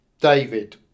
David